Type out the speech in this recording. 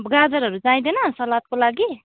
गाजरहरू चाहिँदैन सलादको लागि